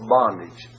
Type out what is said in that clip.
bondage